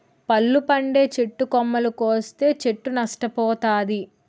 పళ్ళు పండే చెట్టు కొమ్మలు కోస్తే చెట్టు నష్ట పోతాది